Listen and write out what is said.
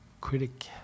critic